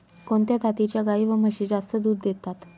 कोणत्या जातीच्या गाई व म्हशी जास्त दूध देतात?